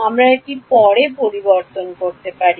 আমরা এটি পরে পরিবর্তন করতে পারি